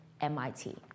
MIT